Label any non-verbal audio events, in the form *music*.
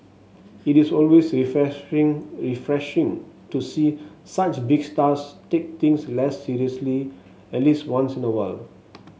it is always *unintelligible* refreshing to see such big stars take things less seriously at least once in a while